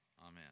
Amen